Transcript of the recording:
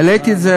העליתי את זה,